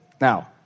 Now